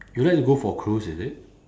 you like to go for cruise is it